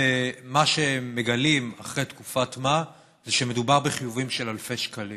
ומה שהם מגלים אחרי תקופת-מה זה שמדובר בחיובים של אלפי שקלים.